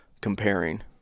comparing